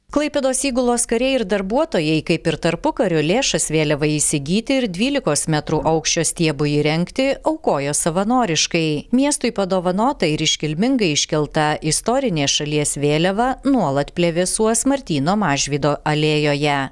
klaipėdos įgulos kariai ir darbuotojai kaip ir tarpukario lėšas vėliavai įsigyti ir dvylikos metrų aukščio stiebui įrengti aukojo savanoriškai miestui padovanota ir iškilmingai iškelta istorinė šalies vėliava nuolat plevėsuos martyno mažvydo alėjoje